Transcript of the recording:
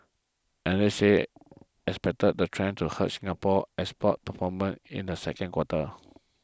analysts expected the trend to hurt Singapore's export performance in the second quarter